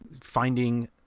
finding